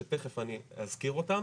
שתיכף אני אזכיר אותם